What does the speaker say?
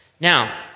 Now